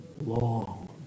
long